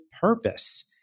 purpose